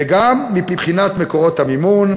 וגם מבחינת מקורות המימון,